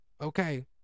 okay